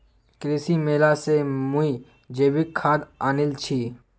कृषि मेला स मुई जैविक खाद आनील छि